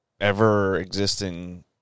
ever-existing –